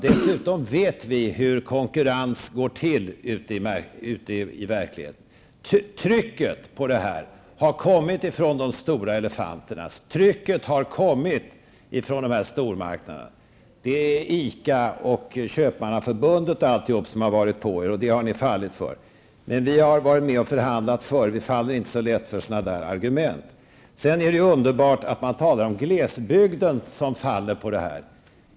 Dessutom vet vi hur konkurrens går till ute i verkligheten. Trycket har i den här frågan kommit från de stora elefanterna, från stormarknaderna. Det är ICA, Köpmannaförbundet och andra som har varit på er, och det har ni fallit för. Vi har varit med och förhandlat förr -- vi faller inte så lätt för deras argument. Det är underbart att man talar om att butikerna i glesbygden faller på det här.